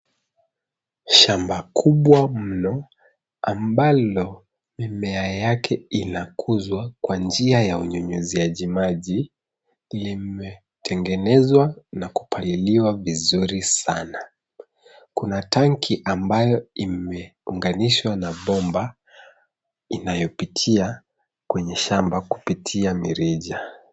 Shamba kubwa mno ambalo mimea yake inakuzwa kwa njia ya unyunyiziaji maji limetegenezwa na kupsliliwa vizuri sana. Kuna tanki ambayo imeunganishwa na bomba inayopitia kwenye shamba kupitia mirija.